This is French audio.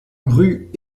rue